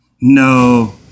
No